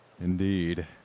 Indeed